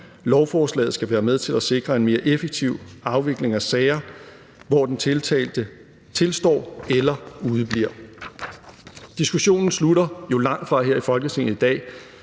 Lovforslaget skal være med til at sikre en mere effektiv afvikling af sager, hvor den tiltalte tilstår eller udebliver. Diskussionen slutter jo langt fra her i Folketinget i dag.